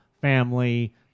family